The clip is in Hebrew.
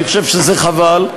אני חושב שזה חבל.